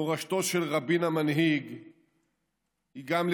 מורשתו של רבין המנהיג היא גם,